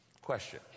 Question